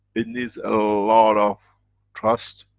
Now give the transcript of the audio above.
it needs a lot of trust,